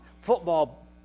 football